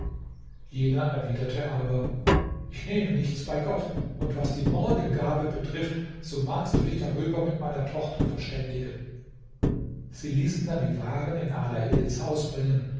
jener erwiderte aber ich nehme nichts bei gott und was die morgengabe betrifft so magst du dich darüber mit meiner tochter verständigen sie ließen dann die waren in ala eddins haus bringen